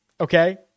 okay